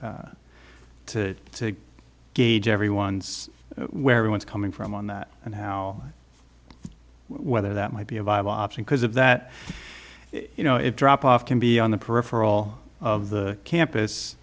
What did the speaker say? to gauge everyone's where everyone's coming from on that and how and whether that might be a viable option because if that you know if drop off can be on the peripheral of the campus